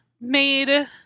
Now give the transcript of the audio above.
made